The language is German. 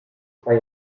zwei